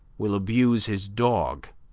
will abuse his dog.